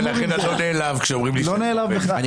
ולכן אני לא נעלב כשאומרים לי שאני נורבגי.